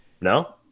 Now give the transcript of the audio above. No